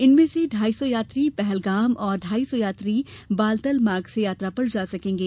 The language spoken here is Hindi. इनमें से ढ़ाई सौ यात्री पहलगाम और ढ़ाई सौ यात्री बालतल मार्ग से यात्रा पर जा सकेंगे